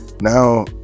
now